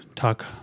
talk